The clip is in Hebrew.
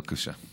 בבקשה.